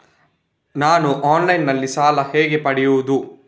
ನಾನು ಆನ್ಲೈನ್ನಲ್ಲಿ ಸಾಲ ಹೇಗೆ ಪಡೆಯುವುದು?